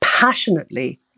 Passionately